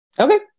Okay